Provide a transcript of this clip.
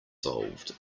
solved